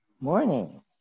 Morning